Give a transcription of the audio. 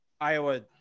Iowa